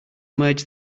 merge